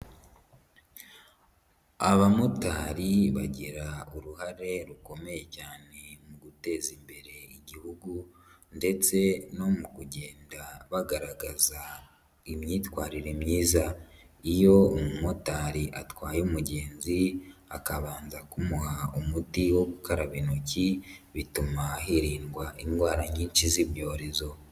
Abamotari bagira uruhare rukomeye cyane mu guteza imbere igihugu ndetse no mu kugenda bagaragaza imyitwarire myiza. Iyo umumotari atwaye umugenzi akabanza kumuha umuti wo gukaraba intoki, bituma hirindwa indwara nyinshi z'ibyorezo.